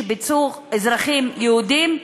שביצעו אזרחים יהודים,